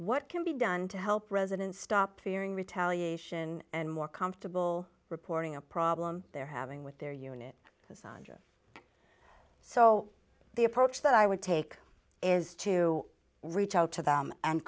what can be done to help residents stop fearing retaliation and more comfortable reporting a problem they're having with their unit sondra so the approach that i would take is to reach out to them and